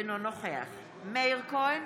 אינו נוכח מאיר כהן,